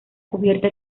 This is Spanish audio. cubierta